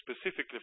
specifically